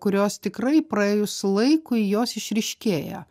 kurios tikrai praėjus laikui jos išryškėja